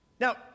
Now